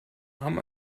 hamm